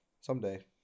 someday